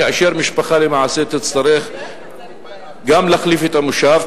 כאשר משפחה למעשה תצטרך גם להחליף את המושב,